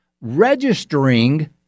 registering